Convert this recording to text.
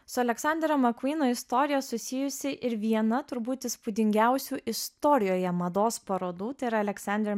su aleksanderio mcqueno istorija susijusi ir viena turbūt įspūdingiausių istorijoje mados parodų tai yra aleksandr